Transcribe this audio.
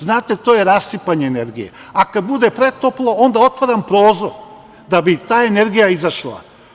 Znate, to je rasipanje energije, a kada bude pretoplo, onda otvaram prozor da bi ta energija izašla.